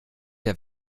der